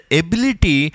ability